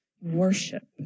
worship